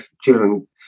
children